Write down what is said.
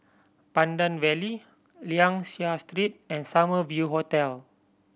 Pandan Valley Liang Seah Street and Summer View Hotel